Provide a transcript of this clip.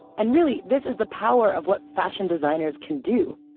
and really, this is the power of what fashion designers can do.